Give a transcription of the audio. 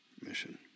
mission